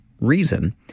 reason